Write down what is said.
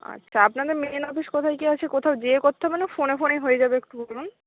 আচ্ছা আপনাদের main office কোথায় কি আছে কোথাও যেয়ে করতে হবে না ফোনে ফোনেই হয়ে যাবে একটু বলুন